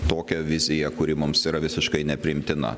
tokią viziją kuri mums yra visiškai nepriimtina